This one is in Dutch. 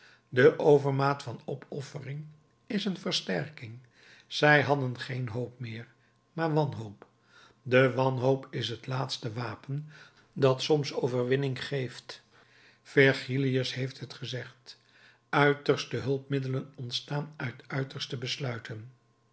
de overmaat van opoffering is een versterking zij hadden geen hoop meer maar wanhoop de wanhoop is het laatste wapen dat soms overwinning geeft virgilius heeft het gezegd uiterste hulpmiddelen ontstaan uit uiterste besluiten